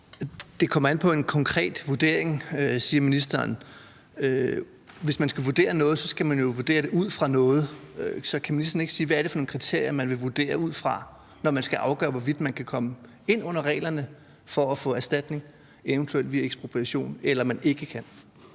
Det kommer an på en konkret vurdering, siger ministeren. Hvis man skal vurdere noget, skal man jo vurdere det ud fra noget. Så kan ministeren ikke sige, hvad det er for nogen kriterier, man vil vurdere ud fra, når man skal afgøre, hvorvidt nogen kan komme ind under reglerne for at få erstatning, evt. via ekspropriation, eller de ikke kan?